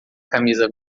camisa